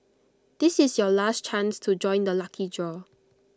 this is your last chance to join the lucky draw